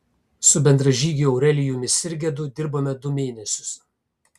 su bendražygiu aurelijumi sirgedu dirbome du mėnesius